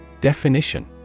Definition